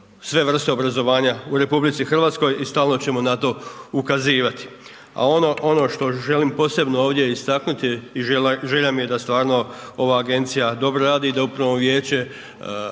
sve vrste obrazovanja u RH i stalno ćemo na to ukazivati. A ono što želim posebno ovdje istaknuti je i želja mi je da stvarno ova agencija dobro radi i da upravno vijeće